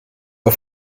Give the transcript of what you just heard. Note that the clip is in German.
auf